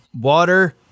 water